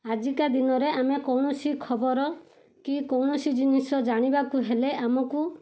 ଆଜିକା ଦିନରେ ଆମେ କୌଣସି ଖବର କି କୌଣସି ଜିନିଷ ଜାଣିବାକୁ ହେଲେ ଆମକୁ